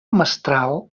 mestral